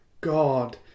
God